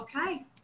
Okay